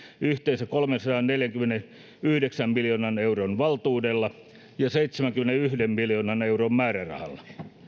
yhteensä kolmensadanneljänkymmenenyhdeksän miljoonan euron valtuudella ja seitsemänkymmenenyhden miljoonan euron määrärahalla